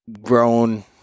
grown